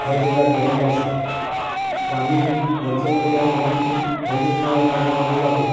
खरेदीला ठेवलेल्या असतात त्या आम्ही वरचेवर त्या ठिकाणी खरेदी क करण्याकर जातो